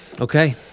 Okay